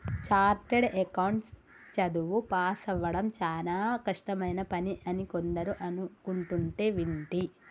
chartered account చదువు పాసవ్వడం చానా కష్టమైన పని అని కొందరు అనుకుంటంటే వింటి